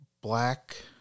black